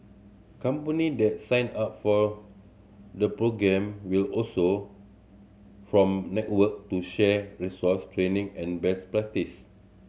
company that sign up for the programme will also from network to share resource training and best practice